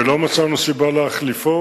ולא מצאנו סיבה להחליפו.